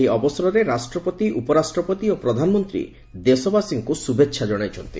ଏହି ଅବସରରେ ରାଷ୍ଟ୍ରପତି ଉପରାଷ୍ଟ୍ରପତି ଓ ପ୍ରଧାନମନ୍ତ୍ରୀ ଦେଶବାସୀଙ୍କୁ ଶୁଭେଚ୍ଛା ଜଣାଇଚ୍ଚନ୍ତି